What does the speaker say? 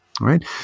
Right